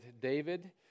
David